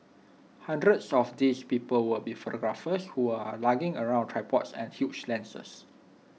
hundreds of these people will be photographers who are lugging around tripods and huge lenses